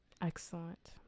Excellent